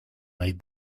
made